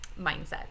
mindset